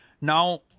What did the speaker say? Now